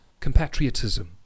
compatriotism